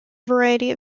variety